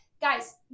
Guys